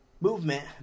movement